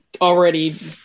already